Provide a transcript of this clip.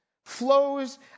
flows